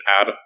add